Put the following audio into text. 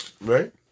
right